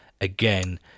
Again